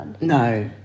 No